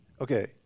Okay